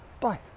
Bye